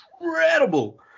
incredible